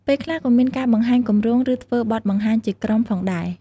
ពេលខ្លះក៏មានការបង្ហាញគម្រោង ឬធ្វើបទបង្ហាញជាក្រុមផងដែរ។